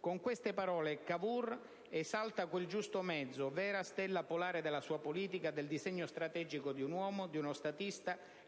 Con queste parole Cavour esalta quel giusto mezzo, vera stella polare della sua politica, del disegno strategico di un uomo, di uno statista,